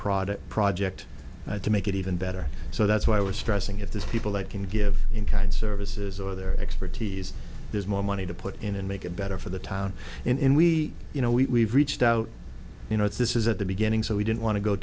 product project to make it even better so that's why we're stressing at this people that can give in kind services or their expertise there's more money to put in and make it better for the town and we you know we reached out you know this is at the beginning so we didn't want to go